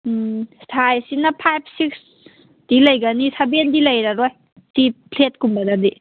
ꯎꯝ ꯁꯥꯏꯖꯁꯤꯅ five sixty ꯂꯩꯒꯅꯤ ꯁꯕꯦꯟꯗꯤ ꯂꯩꯔꯔꯣꯏ ꯐ꯭ꯂꯦꯠ ꯀꯨꯝꯕꯗꯗꯤ